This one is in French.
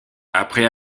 après